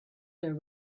their